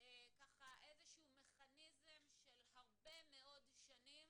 איזה שהוא מכניזם של הרבה מאוד שנים